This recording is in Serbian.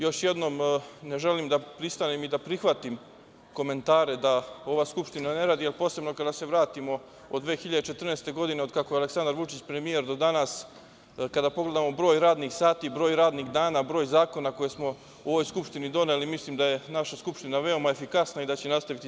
Još jednom, ne želim da pristanem i da prihvatim komentare da ova Skupština ne radi, posebno kada se vratimo od 2014. godine otkako je Aleksandar Vučić premijer do danas, kada pogledamo broj radnih sati, broj radnih dana, broj zakona koji smo u ovoj Skupštini doneli, mislim da je naša Skupština veoma efikasna i da će nastaviti tako i u narednom periodu.